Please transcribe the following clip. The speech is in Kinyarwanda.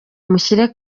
mushyire